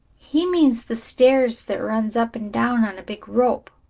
he means the stairs that runs up and down on a big rope,